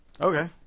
Okay